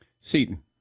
Seaton